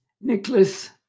Nicholas